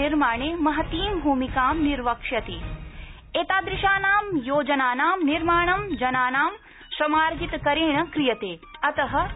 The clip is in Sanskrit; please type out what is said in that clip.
निर्माणे महतीं भूमिकां निर्वक्ष्यभारतस्य एतादृशानां योजनानां निर्माणं जनानां श्रमार्जितकरेण क्रियते अतन करणीया